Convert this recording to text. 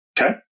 Okay